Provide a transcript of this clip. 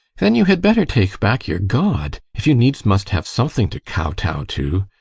then you had better take back your god if you needs must have something to kow-tow to!